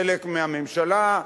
חלק מהממשלה,